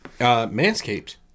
Manscaped